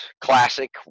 classic